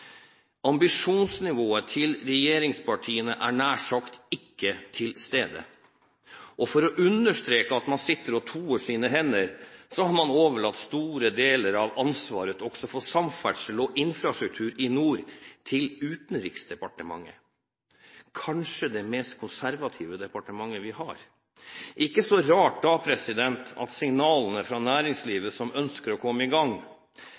Ambisjonsnivået til regjeringspartiene er nær sagt ikke til stede, og for å understreke at man sitter og toer sine hender, har man overlatt store deler av ansvaret for samferdsel og infrastruktur i nord til Utenriksdepartementet – kanskje det mest konservative departementet vi har. Ikke så rart da at signalene fra næringslivet som ønsker å komme i gang,